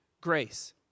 grace